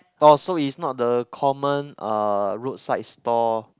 oh so it's not the common uh roadside store